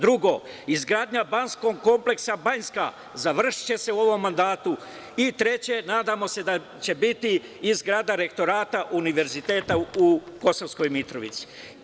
Drugo, izgradnja banjskog kompleksa Banjska, završiće se u ovom mandatu i treće, nadamo se, da će biti i zgrada Rektorata univerziteta u Kosovskoj Mitrovici.